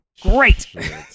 Great